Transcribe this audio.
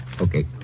Okay